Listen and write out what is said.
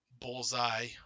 Bullseye